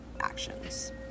actions